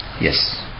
Yes